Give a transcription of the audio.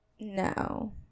no